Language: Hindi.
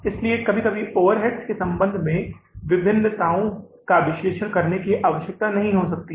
इसलिए कभी कभी ओवरहेड्स के संबंध में भिन्नताओं का विश्लेषण करने की आवश्यकता नहीं हो सकती है